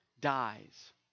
dies